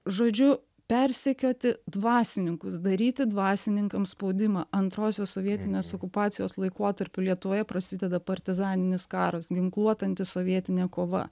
žodžiu persekioti dvasininkus daryti dvasininkams spaudimą antrosios sovietinės okupacijos laikotarpiu lietuvoje prasideda partizaninis karas ginkluota antisovietinė kova